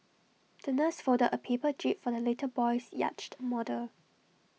the nurse folded A paper jib for the little boy's yachted model